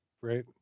right